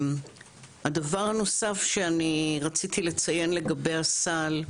הדבר הנוסף שאני רציתי לציין לגבי הסל,